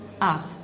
up